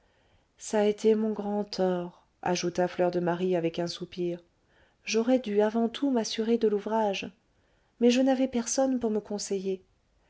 ç'a été mon grand tort ajouta fleur de marie avec un soupir j'aurais dû avant tout m'assurer de l'ouvrage mais je n'avais personne pour me conseiller